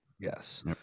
Yes